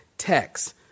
Text